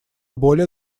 более